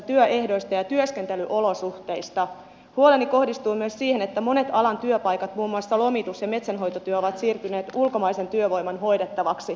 huoleni kohdistuu myös siihen että monet alan työpaikat muun muassa lomitus ja metsänhoitotyö ovat siirtyneet ulkomaisen työvoiman hoidettavaksi